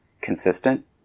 consistent